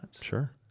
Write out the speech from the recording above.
Sure